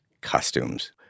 costumes